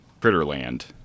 Critterland